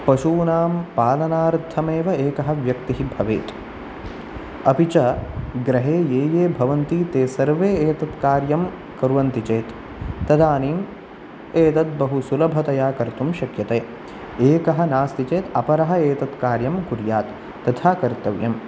पशूनां पालनार्थम् एव एकः व्यक्तिः भवेत् अपि च गृहे ये ये भवन्ति ते सर्वे एतत् कार्यं कुर्वन्ति चेत् तदानीम् एतत् बहुसुलभतया कर्तुं शक्यते एकः नास्ति चेत् अपरः एतत् कार्यं कुर्यात् तथा कर्तव्यम्